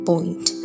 Point